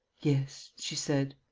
yes, she said.